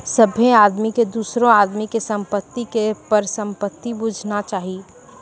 सभ्भे आदमी के दोसरो आदमी के संपत्ति के परसंपत्ति बुझना चाही